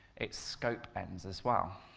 its scope ends as well.